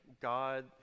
God